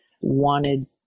wanted